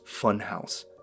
Funhouse